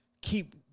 keep